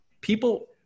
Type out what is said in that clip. people